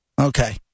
Okay